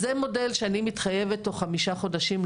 זה מודל שאני מתחייבת להראות תוך 5 חודשים,